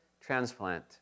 transplant